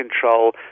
control